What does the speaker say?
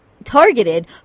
targeted